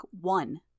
one